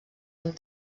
amb